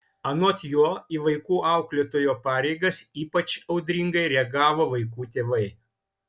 anot jo į vaikų auklėtojo pareigas ypač audringai reagavo vaikų tėvai